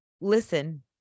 Listen